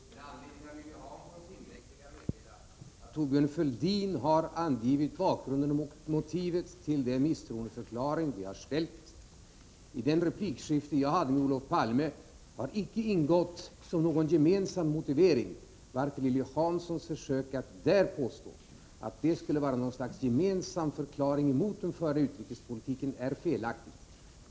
Herr talman! Med anledning av Lilly Hanssons inlägg vill jag meddela att Thorbjörn Fälldin har angivit bakgrunden och motivet till det misstroendeförklaringsyrkande vi har ställt. I det replikskifte jag hade med Olof Palme har icke ingått någon gemensam motivering, varför Lilly Hanssons försök att påstå att det där skulle vara något slags gemensam förklaring emot den förda utrikespolitiken är felaktigt.